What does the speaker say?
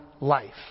life